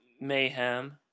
mayhem